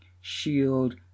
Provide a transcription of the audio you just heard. shield